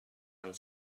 and